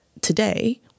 today